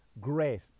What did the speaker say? great